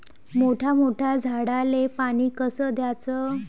मोठ्या मोठ्या झाडांले पानी कस द्याचं?